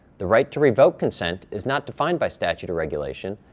the right to revoke consent is not defined by statute or regulation.